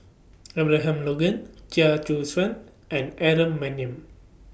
Abraham Logan Chia Choo Suan and Aaron Maniam